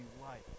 life